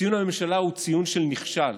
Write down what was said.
ציון הממשלה הוא ציון של נכשל